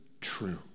true